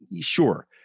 sure